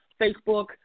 Facebook